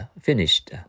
finished